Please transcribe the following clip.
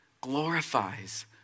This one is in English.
glorifies